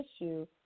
issue